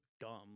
dumb